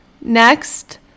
Next